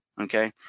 okay